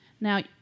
Now